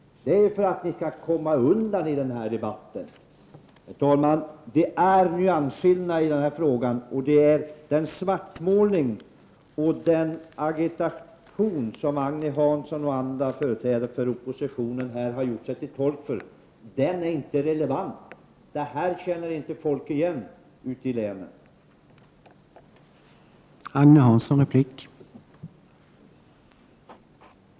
Det gör ni för att ni skall komma undan i den här debatten. Herr talman! Det finns nyansskillnader i denna fråga. Den svartmålning och den agitation, som Agne Hansson m.fl. företrädare för oppositionen här har gjort sig till tolk för, är inte relevant. Detta känner inte folk ute i länen igen.